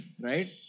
Right